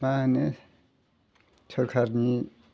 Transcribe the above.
मा होनो सोरखारनि